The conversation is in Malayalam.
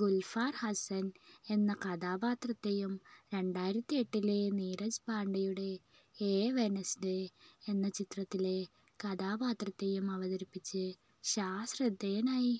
ഗുൽഫാർ ഹസ്സൻ എന്ന കഥാപാത്രത്തെയും രണ്ടായിരത്തി ഏട്ടിലെ നീരജ് പാണ്ഡെയുടെ എ വെനസ്ഡേ എന്ന ചിത്രത്തിലെ കഥാപാത്രത്തെയും അവതരിപ്പിച്ച് ഷാ ശ്രദ്ധേയനായി